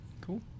Cool